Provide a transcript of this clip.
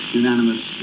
unanimous